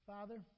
Father